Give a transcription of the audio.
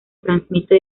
transmite